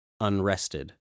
Unrested